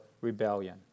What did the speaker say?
rebellion